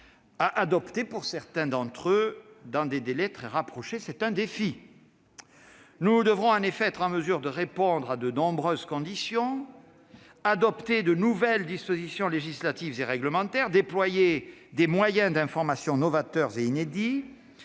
devront être adoptés dans des délais très rapprochés- c'est un défi ! Nous devrons être en mesure de répondre à de nombreuses conditions, d'adopter de nouvelles dispositions législatives et réglementaires, de déployer des moyens d'information novateurs et inédits,